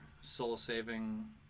soul-saving